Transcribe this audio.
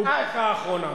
והוא בדקה האחרונה.